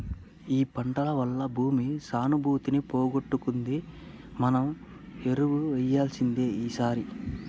ఈ పంటల వల్ల భూమి సానుభూతిని పోగొట్టుకుంది మనం ఎరువు వేయాల్సిందే ఈసారి